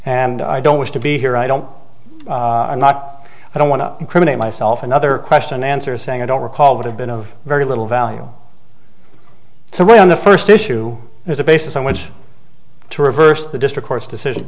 and i don't wish to be here i don't i'm not i don't want to incriminate myself another question answers saying i don't recall but have been of very little value so when the first issue is a basis on which to reverse the district court's decision